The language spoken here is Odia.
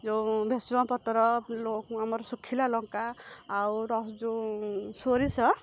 ଯେଉଁ ଭେସୁଙ୍ଗା ପତ୍ର ଆମର ଶୁଖିଲା ଲଙ୍କା ଆଉ ଯେଉଁ ସୋରିଷ